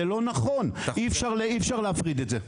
זה לא נכון, אי אפשר להפריד את זה.